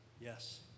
Yes